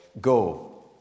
Go